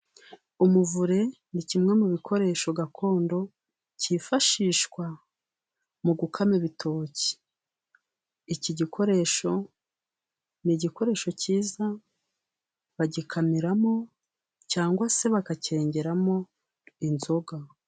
Umuvure ni kimwe mu bikoresho gakondo cyifashishwa mu gukama ibitoki. Iki gikoresho ni igikoresho cyiza, bagikamiramo cyangwa se bakacyengeramo inzoga.